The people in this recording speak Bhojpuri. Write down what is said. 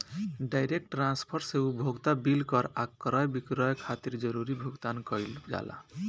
डायरेक्ट ट्रांसफर से उपभोक्ता बिल कर आ क्रय विक्रय खातिर जरूरी भुगतान कईल जाला